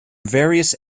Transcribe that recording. various